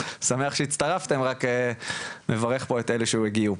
שמח שהצטרפתם רק מברך פה את אלו שהגיעו.